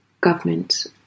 government